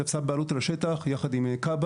תפסה בעלות על השטח יחד עם כב"ה.